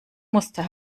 muster